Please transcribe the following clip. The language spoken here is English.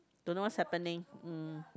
don't know what's happening mm